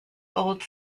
old